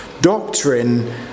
doctrine